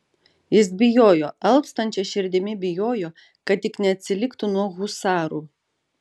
jis bijojo alpstančia širdimi bijojo kad tik neatsiliktų nuo husarų